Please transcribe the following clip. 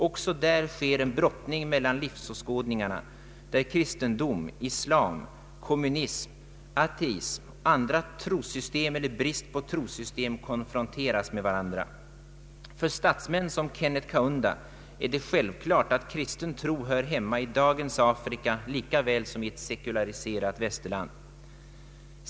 Också där sker en brottning mellan livsåskådningarna, där kristendom, islam, kommunism, ateism, andra trossystem eller brist på trossystem konfronteras med varandra. För statsmän som Kenneth Kaunda är det självklart att kristen tro hör hemma i dagens Afrika lika väl som i ett sekulariserat västerland.